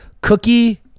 Cookie